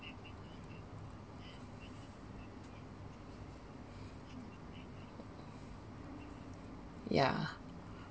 yeah